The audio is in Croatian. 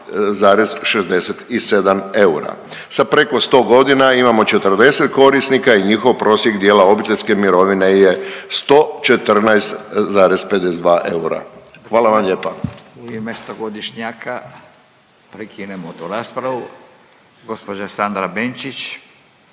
Hvala vam lijepo.